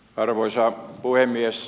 arvoisa puhemies